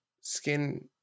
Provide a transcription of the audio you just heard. skin